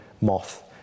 moth